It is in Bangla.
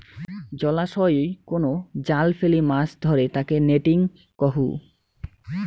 জলাশয়ই কুনো জাল ফেলি মাছ ধরে তাকে নেটিং কহু